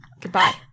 Goodbye